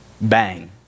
Bang